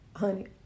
Honey